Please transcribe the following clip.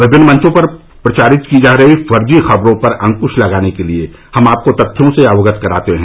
विभिन्न मंचों पर प्रचारित की जा रही फर्जी खबरों पर अंक्श लगाने के लिए हम आपको तथ्यों से अवगत कराते हैं